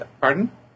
Pardon